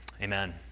Amen